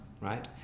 right